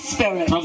Spirit